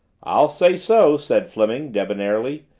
i'll say so! said fleming, debonairly.